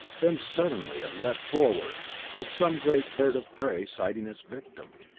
then suddenly it leaped forward like some great bird of prey sighting its victim.